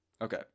okay